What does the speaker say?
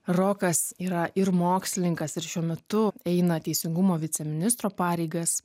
rokas yra ir mokslininkas ir šiuo metu eina teisingumo viceministro pareigas